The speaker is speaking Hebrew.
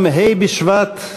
כי הונחו היום על שולחן הכנסת,